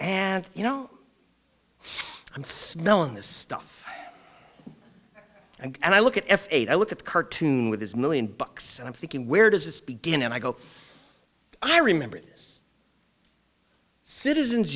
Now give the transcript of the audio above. you know i'm smelling this stuff and i look at f eight i look at the cartoon with his million books and i'm thinking where does this begin and i go i remember this citizens